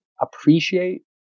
appreciate